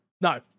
no